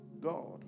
God